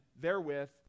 therewith